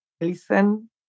listen